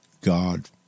God